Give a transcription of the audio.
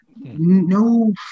no